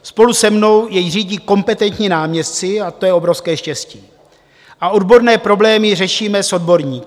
Spolu se mnou jej řídí kompetentní náměstci, to je obrovské štěstí, a odborné problémy řešíme s odborníky.